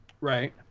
Right